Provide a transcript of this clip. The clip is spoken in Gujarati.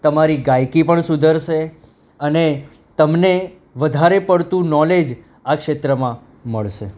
તમારી ગાયકી પણ સુધરશે અને તમને વધારે પડતું નોલેજ આ ક્ષેત્રમાં મળશે